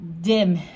dim